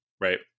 right